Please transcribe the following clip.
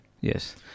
yes